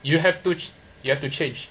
you have to you have to change